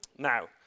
Now